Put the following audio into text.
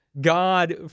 God